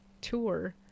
tour